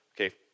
Okay